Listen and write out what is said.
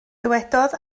dywedodd